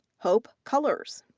hope cullers,